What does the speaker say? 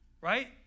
right